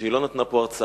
שהיא לא נתנה פה הרצאה,